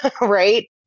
right